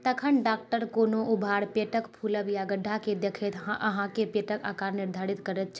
तखन डॉक्टर कोनो उभार पेटक फूलब या गड्ढाके देखैत अहाँकेँ पेटक आकार निर्धारित करैत छथि